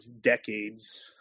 decades